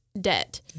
debt